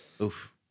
Oof